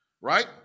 right